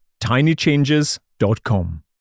tinychanges.com